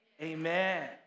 Amen